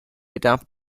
adapted